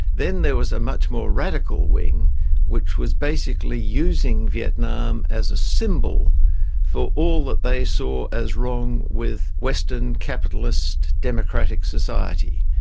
then there was a much more radical wing which was basically using vietnam as a symbol for all that they saw as wrong with western capitalist democratic society.